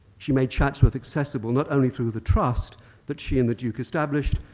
she made chatsworth accessible not only through the trust that she and the duke established,